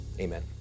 Amen